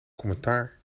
commentaar